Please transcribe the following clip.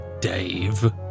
Dave